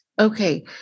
Okay